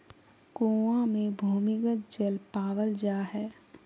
कुआँ मे भूमिगत जल पावल जा हय